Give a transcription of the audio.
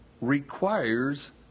requires